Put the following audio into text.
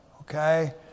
Okay